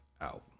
out